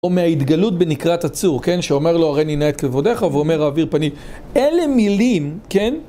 או מההתגלות בנקרת הצור, כן, שאומר לו הראיני נא את כבודיך והוא אומר אעביר פנים, אלה מילים, כן?